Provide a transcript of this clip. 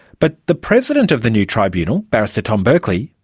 but the president of the new tribunal, barrister tom berkley,